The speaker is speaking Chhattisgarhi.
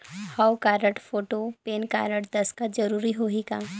हव कारड, फोटो, पेन कारड, दस्खत जरूरी होही का?